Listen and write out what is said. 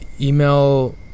email